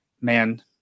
Man